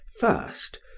first